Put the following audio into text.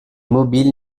mobile